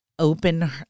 Open